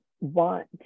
want